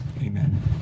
Amen